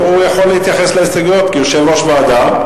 הוא יכול להתייחס להסתייגויות כיושב-ראש ועדה,